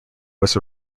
was